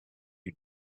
you